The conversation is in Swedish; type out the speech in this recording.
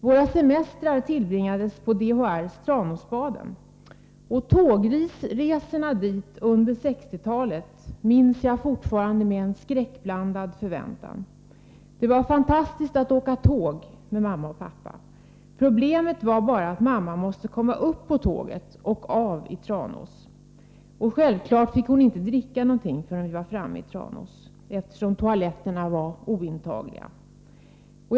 Våra semestrar tillbringades på DHR:s Tranåsbaden, och tågresorna dit under 1960-talet minns jag fortfarande med en skräckblandad förväntan. Det var fantastiskt att åka tåg med mamma och pappa. Problemet var bara att mamma måste komma upp på tåget och av i Tranås. Och självfallet fick hon inte dricka någonting förrän vi var framme i Tranås, eftersom toaletterna var ointagliga.